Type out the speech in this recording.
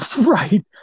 Right